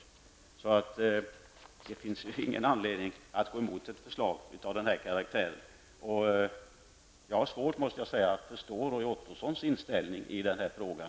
Jag upprepar att jag tycker att det inte finns någon anledning att gå emot ett förslag av den här karaktären. Jag måste också säga att jag har svårt att förstå Roy Ottossons inställning i denna fråga.